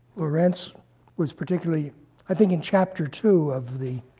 lorenz was particularly i think in chapter two of the